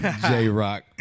J-Rock